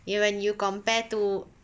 you when you compare to